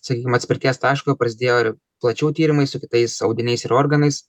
sakykim atspirties taško prasidėjo ir plačiau tyrimai su kitais audiniais ir organais